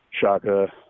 Shaka